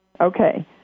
Okay